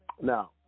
Now